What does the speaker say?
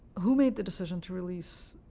who made the decision to release